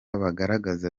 bagaragaza